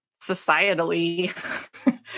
societally